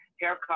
haircut